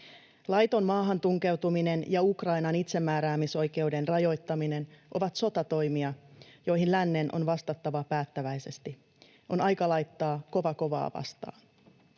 Laiton maahantunkeutuminen ja Ukrainan itsemääräämisoikeuden rajoittaminen ovat sotatoimia, joihin lännen on vastattava päättäväisesti. On aika laittaa kova kovaa vastaan.